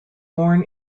born